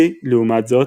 P, לעומת זאת,